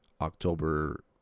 October